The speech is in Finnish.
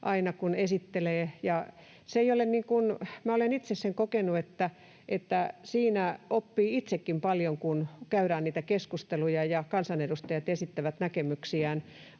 aina, kun esittelee. Minä olen itse sen kokenut, että siinä oppii itsekin paljon, kun käydään niitä keskusteluja ja kansanedustajat esittävät näkemyksiään,